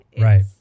Right